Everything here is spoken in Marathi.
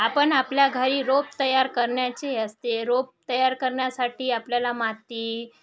आपण आपल्या घरी रोप तयार करण्याची असते रोप तयार करण्यासाठी आपल्याला माती